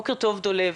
בוקר טוב, דולב.